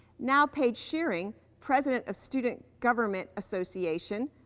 now paige shiring, president of student government association,